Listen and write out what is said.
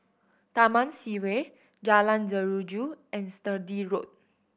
Taman Sireh Jalan Jeruju and Sturdee Road